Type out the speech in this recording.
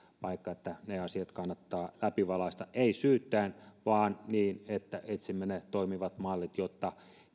paikka että ne asiat kannattaa läpivalaista ei syyttäen vaan niin että etsimme ne toimivat mallit jotta